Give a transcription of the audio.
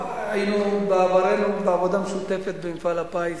היינו וראינו את העבודה המשותפת במפעל הפיס,